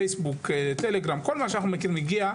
פייסבוק וכל מה שהגיע,